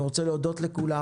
אני רוצה להודות לכולם.